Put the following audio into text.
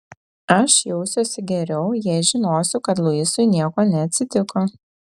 aš jausiuosi geriau jei žinosiu kad luisui nieko neatsitiko